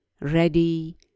ready